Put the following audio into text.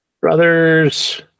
brothers